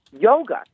yoga